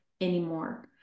anymore